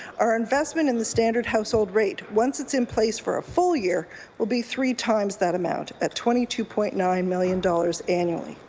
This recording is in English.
our investment in the standard household rate once it's in place for a full year will be three times that amount at twenty two point nine million dollars annually.